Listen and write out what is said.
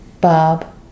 Bob